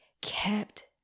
kept